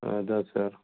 அதுதான் சார்